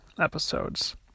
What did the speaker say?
episodes